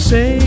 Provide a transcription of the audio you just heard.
Say